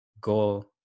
goal